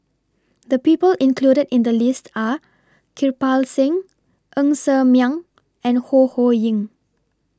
The People included in The list Are Kirpal Singh Ng Ser Miang and Ho Ho Ying